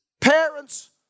Parents